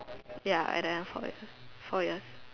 ya and then I follow four years